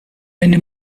eine